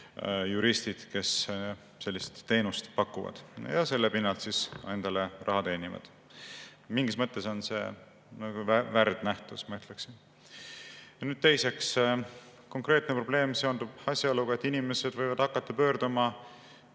juristid, kes sellist teenust pakuvad ja selle pinnalt endale raha teenivad. Mingis mõttes on see värdnähtus, ma ütleksin. Nüüd teiseks: konkreetne probleem seondub asjaoluga, et inimesed võivad hakata pöörduma